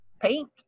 paint